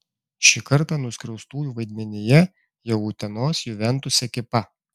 šį kartą nuskriaustųjų vaidmenyje jau utenos juventus ekipa